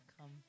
come